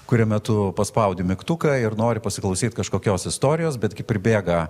kurio metu paspaudi mygtuką ir nori pasiklausyt kažkokios istorijos bet kai pribėga